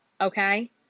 Okay